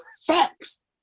facts